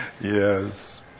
Yes